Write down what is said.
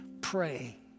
pray